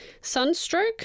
sunstroke